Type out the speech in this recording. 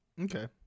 Okay